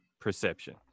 perception